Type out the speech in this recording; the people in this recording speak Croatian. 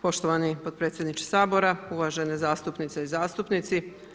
Poštovani potpredsjedniče Sabora, uvažene zastupnice i zastupnici.